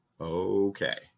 Okay